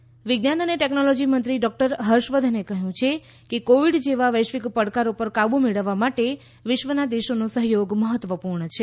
હર્ષવર્ધન વિજ્ઞાન અને ટેકનોલોજી મંત્રી ડોક્ટર હર્ષવર્ધને કહ્યું છે કે કોવિડ જેવા વૈશ્વિક પડકારો પર કાબૂ મેળવવા માટે વિશ્વના દેશોનો સહયોગ મહત્વપૂર્ણ છે